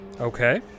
Okay